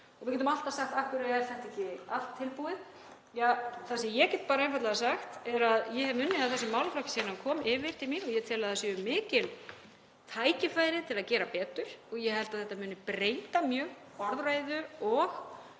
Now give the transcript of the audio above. Við getum alltaf sagt: Af hverju er þetta ekki allt tilbúið? Það sem ég get bara einfaldlega sagt er að ég hef unnið að þessum málaflokki síðan hann kom yfir til mín og ég tel að það séu mikil tækifæri til að gera betur. Ég held að þetta muni breyta mjög orðræðu og